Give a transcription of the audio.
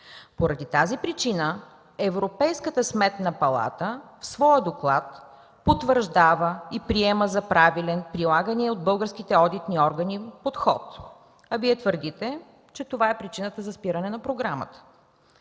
Поради тази причина Европейската сметна палата потвърждава в доклада си и приема за правилен прилагания от българските одитни органи подход, а Вие твърдите, че това е причината за спиране на програмата.